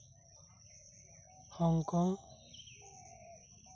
Hong Kong